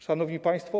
Szanowni Państwo!